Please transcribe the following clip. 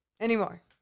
Anymore